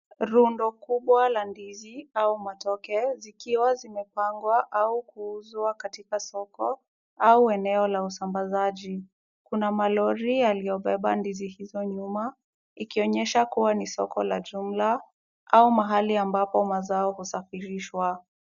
Rundo kubwa la ndizi au matoke zikiwa zimepangwa au kuuzwa katika soko au eneo la usambazaji. Kuna malori yaliyobeba ndizi hizo nyuma ikionyesha kuwa ni soko la jumla au mahali ambapo mazao husafirishwa.